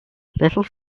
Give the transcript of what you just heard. little